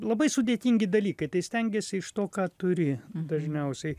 labai sudėtingi dalykai tai stengiesi iš to ką turi dažniausiai